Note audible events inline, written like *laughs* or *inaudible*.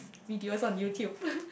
video's on YouTube *laughs*